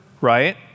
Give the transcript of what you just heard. right